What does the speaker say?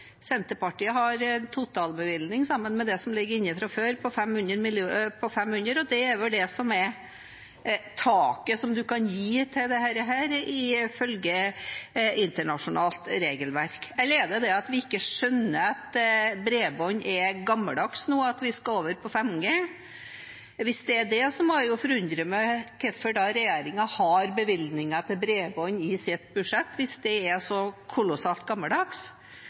Senterpartiet har en totalbevilgning, sammen med det som ligger inne fra før, på 500 mill. kr, og det er vel det som er taket man kan gi til dette ifølge internasjonalt regelverk. Eller er det det at vi ikke skjønner at bredbånd er gammeldags nå, at vi skal over på 5G? Hvis det er det, må jeg forundre meg over hvorfor regjeringen da har bevilgninger til bredbånd i sitt budsjett – hvis det er så kolossalt gammeldags.